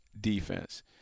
defense